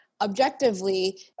objectively